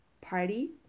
party